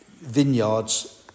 vineyards